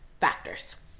factors